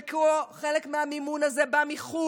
חלק מהמימון הזה בא מחו"ל,